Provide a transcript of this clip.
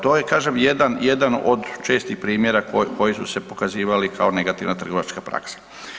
To je kažem, jedan od čestih primjera koji su se pokazivali kao negativna trgovačka praksa.